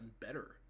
better